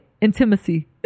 intimacy